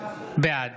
בעד